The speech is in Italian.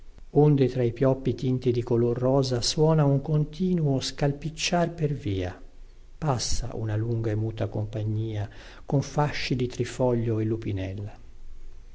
onde tra i pioppi tinti in color rosa suona un continuo scalpicciar per via passa una lunga e muta compagnia con fasci di trifoglio e lupinella